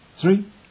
Three